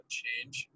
change